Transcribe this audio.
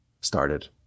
started